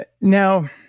Now